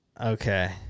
Okay